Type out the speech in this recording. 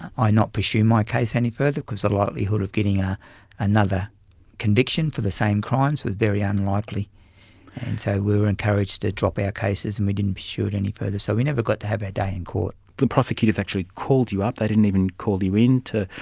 i not pursue my case any further because of the likelihood of getting ah another conviction for the same crime was very unlikely, and so we were encouraged to drop our cases and we didn't pursue it any further. so we never got to have our day in court. the prosecutors actually called you up, they didn't even call you in to,